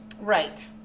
Right